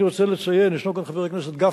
אני רוצה לציין, ישנו כאן חבר הכנסת גפני,